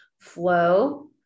flow